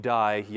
die